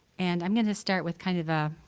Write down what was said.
and i'm going to start with kind of a.